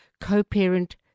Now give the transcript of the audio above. co-parent